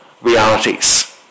realities